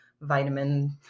vitamin